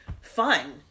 fun